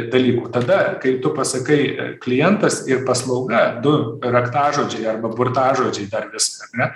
dalykų tada kai tu pasakai klientas ir paslauga du raktažodžiai arba burtažodžiai dar vis ar ne